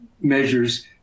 measures